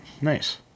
Nice